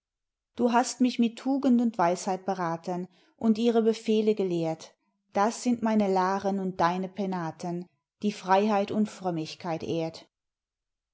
du hast mich mit tugend und weisheit berathen und ihre befehle gelehrt das sind meine laren und deine penaten die freiheit und frömmigkeit ehrt